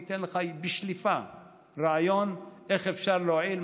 הוא ייתן לך בשליפה רעיון איך אפשר להועיל,